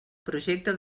projecte